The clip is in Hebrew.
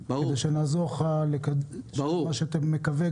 כדי שנעזור לך כדי שמה שאתה מקווה,